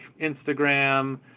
instagram